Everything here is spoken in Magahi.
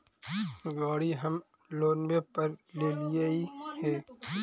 गाड़ी हम लोनवे पर लेलिऐ हे?